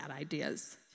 ideas